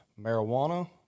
marijuana